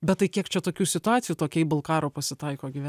bet tai kiek čia tokių situacijų tokiai balkarų pasitaiko gyve